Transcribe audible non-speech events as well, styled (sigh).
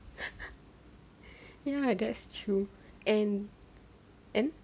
(laughs) ya that's true and and